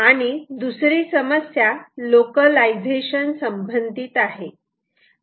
आणि दुसरी समस्या लोकलायझेशन संबंधित आहे